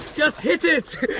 just hit it!